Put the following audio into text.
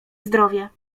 zdrowie